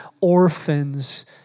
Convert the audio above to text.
orphans